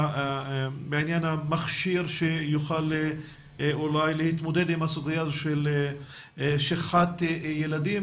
המכשיר שיוכל אולי להתמודד עם הסוגיה של שכחת ילדים,